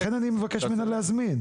לכן אני מבקש ממנה להזמין.